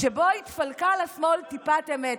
שבו התפלקה לשמאל טיפת אמת,